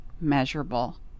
measurable